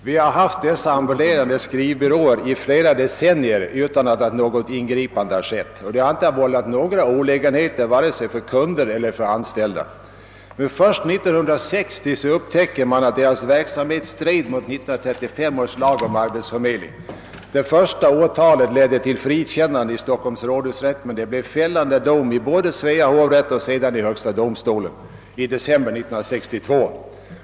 Vi har haft ambulerande skrivbyråer i flera decennier utan att något ingripanide mot dem skett, och de har inte vållat några olägenheter vare sig för kunder eller anställda. Först 1960 upptäckte man att byråernas verksamhet strider mot 1935 års lag om arbetsförmedling. Det första åtalet ledde till frikännande vid Stockholms rådhusrätt, men sedan blev det fällanide dom både i Svea hovrätt och i högsta domstolen i december 1962.